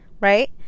right